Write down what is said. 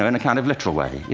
ah and a kind of literal way.